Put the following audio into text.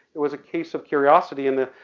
it was a case of curiosity. and the,